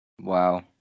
Wow